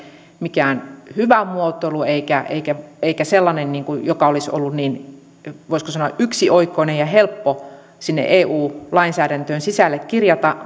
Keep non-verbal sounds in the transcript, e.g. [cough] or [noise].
mikään hyvä muotoilu eikä sellainen joka olisi ollut voisiko sanoa yksioikoinen ja helppo eu lainsäädäntöön sisälle kirjata [unintelligible]